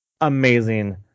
amazing